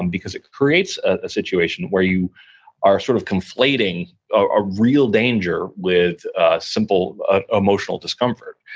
and because it creates a situation where you are sort of conflating a real danger with simple emotional discomfort.